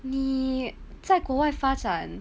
你在国外发展